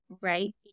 right